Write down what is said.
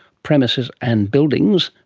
premises and buildings,